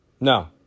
No